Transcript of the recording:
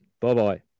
Bye-bye